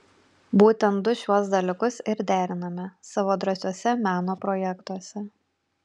būtent du šiuos dalykus ir deriname savo drąsiuose meno projektuose